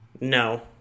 No